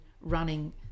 running